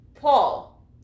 Paul